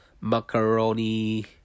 macaroni